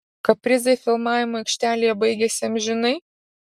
kaprizai filmavimo aikštelėje baigėsi amžinai